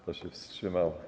Kto się wstrzymał?